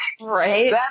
Right